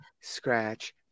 Scratch